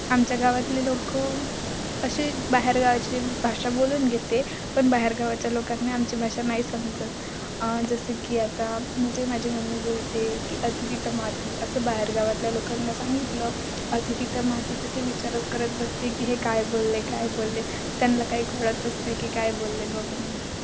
आमच्या गावातले लोकं असे बाहेरगावाची भाषा बोलून घेते पण बाहेरगावाच्या लोकांना आमची भाषा नाही समजत जसं की आता म्हणजे माझी मम्मी बोलते की अति तिथं माती असं बाहेर गावातल्या लोकांना सांगितलं अति तिथं माती तर ते विचारच करत बसते की हे काय बोलले काय बोलले त्यांना काय कळतच नाही की काय बोलले बा म्हणून